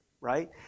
right